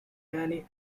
danny